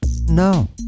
No